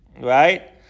right